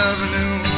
Avenue